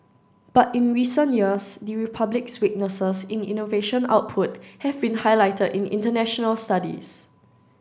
but in recent years the Republic's weaknesses in innovation output have been highlighted in international studies